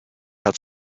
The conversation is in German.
hat